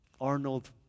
Arnold